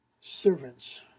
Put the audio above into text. Servants